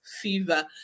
fever